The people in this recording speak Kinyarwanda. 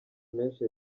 menshi